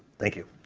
thank you.